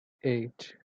eight